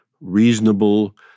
reasonable